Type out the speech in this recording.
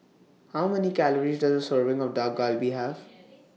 How Many Calories Does A Serving of Dak Galbi Have